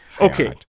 Okay